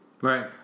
Right